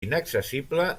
inaccessible